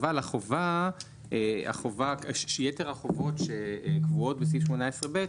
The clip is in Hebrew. אבל יתר החובות הקבועות בסעיף 18ב רבתי,